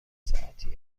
ساعتی